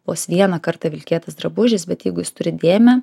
vos vieną kartą vilkėtas drabužis bet jeigu jis turi dėmę